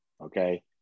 Okay